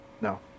No